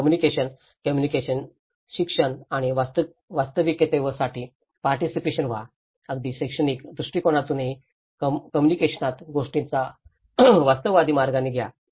मग communication communication शिक्षण आणि वास्तविकतेसाठी पार्टीसिपेशनी व्हा अगदी शैक्षणिक दृष्टीकोनातूनही कम्युनिकेशनात गोष्टींना वास्तववादी मार्गाने घ्या